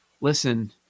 Listen